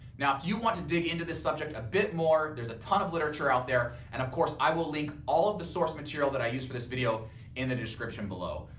now if you want to dig into this subject a bit more there's a ton of literature out there and of course i will link all the source material that i used for this video in the description below.